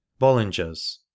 Bollingers